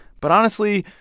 but honestly,